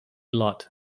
lot